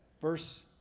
Verse